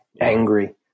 angry